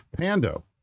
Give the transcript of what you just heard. Pando